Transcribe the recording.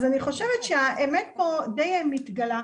אז האמת די מתגלה.